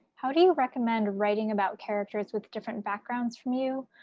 how do you recommend writing about characters with different backgrounds from you?